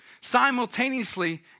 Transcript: Simultaneously